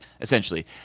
essentially